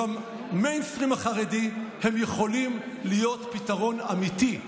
במיינסטרים החרדי הם יכולים להיות פתרון אמיתי.